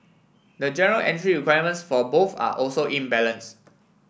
the general entry requirements for both are also imbalanced